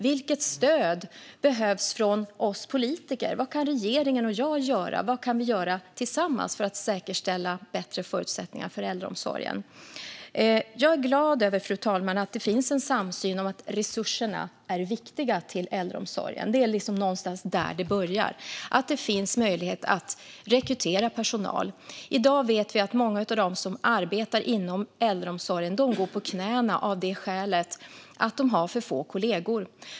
Vilket stöd behövs från oss politiker? Vad kan regeringen och jag göra? Vad kan vi göra tillsammans för att säkerställa bättre förutsättningar för äldreomsorgen? Fru talman! Jag är glad över att det finns en samsyn om att resurserna till äldreomsorgen är viktiga. Det är någonstans där det börjar. Det handlar om att det finns möjlighet att rekrytera personal. I dag vet vi att många av dem som arbetar inom äldreomsorgen går på knäna av det skälet att de har för få kollegor.